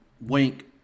Wink